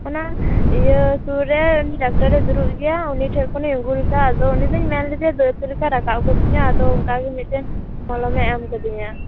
ᱚᱱᱟ ᱤᱭᱟ ᱥᱩᱨ ᱨᱮᱱ ᱰᱟᱠᱴᱟᱨ ᱨᱮ ᱫᱩᱲᱩᱵ ᱜᱮᱭᱟ ᱩᱱᱤᱴᱷᱮᱱ ᱠᱷᱚᱱᱤᱧ ᱟ ᱜᱩᱞᱮᱫᱟ ᱟᱫᱚ ᱩᱱᱤᱫᱩᱧ ᱢᱮᱱ ᱞᱮᱫᱮᱭᱟ ᱫᱟ ᱫ ᱞᱮᱠᱟ ᱨᱟᱠᱟᱵ ᱟᱠᱟᱫᱤᱧᱟ ᱟᱫᱚ ᱚᱱᱠᱟᱜᱮ ᱢᱤᱫᱴᱟᱝ ᱢᱚᱞᱚᱢᱮ ᱮᱢ ᱟᱠᱟᱫᱤᱧᱟ